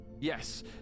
Yes